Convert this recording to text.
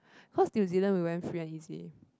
cause New-Zealand we went free and easy